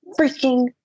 freaking